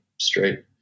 straight